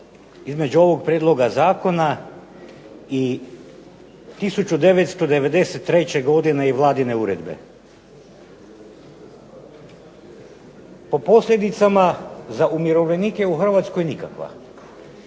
između ovog Prijedloga zakona i 1993. godine i vladine Uredbe. Po posljedicama za umirovljenike u Hrvatskoj nikakva,